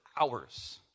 hours